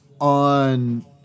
on